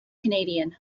canadian